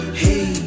hey